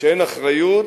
כשאין אחריות,